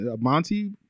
Monty